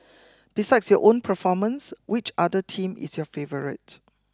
besides your own performance which other team is your favourite